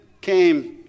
came